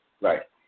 right